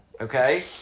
okay